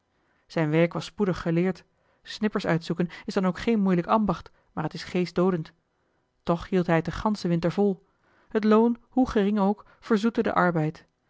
zijn werk was spoedig geleerd snippers uitzoeken is dan ook geen moeilijk ambacht maar t is geestdoodend toch hield hij het den ganschen winter vol het loon hoe gering ook verzoette den arbeid